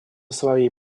своей